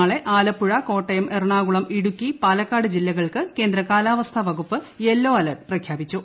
നാളെ ആലപ്പുഴ കോട്ടയം എറണാകുളം ഇടുക്കി പാലക്കാട് ജില്ലകൾക്ക് കേന്ദ്ര കാലാവസ്ഥാ വകുപ്പ് യെല്ലോ അലർട്ട് പ്രഖ്യാപിച്ചു